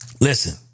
Listen